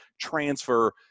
transfer